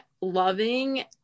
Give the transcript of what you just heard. loving